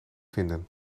vinden